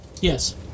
Yes